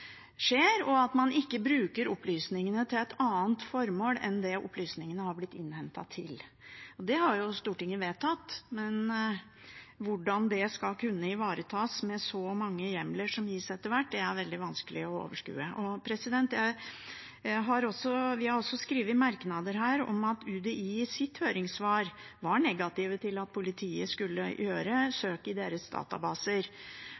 skjer, og at man ikke bruker opplysningene til et annet formål enn det opplysningene har blitt innhentet til. Det har Stortinget vedtatt, men hvordan det skal kunne ivaretas med så mange hjemler som gis etter hvert, er veldig vanskelig å overskue. Vi har i merknad skrevet at UDI i sitt høringssvar var negative til at politiet skulle gjøre